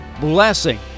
blessing